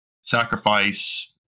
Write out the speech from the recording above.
sacrifice